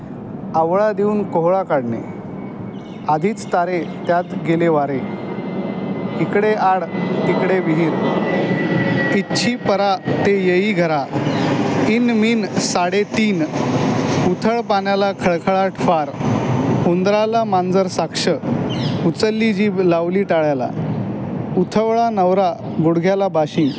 आवळा देऊन कोहळा काढणे आधीच तारे त्यात गेले वारे इकडे आड तिकडे विहीर इछ्छी परा ते येई घरा इन मिन साडे तीन उथळ पाण्याला खळखळाट फार उंदराला मांजर साक्ष उचलली जीभ लावली टाळ्याला उतावळा नवरा गुडघ्याला बाशिंग